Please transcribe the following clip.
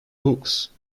books